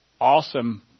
awesome